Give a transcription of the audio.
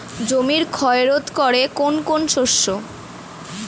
জমির ক্ষয় রোধ করে কোন কোন শস্য?